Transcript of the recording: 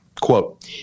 quote